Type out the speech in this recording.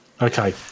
okay